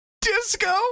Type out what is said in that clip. disco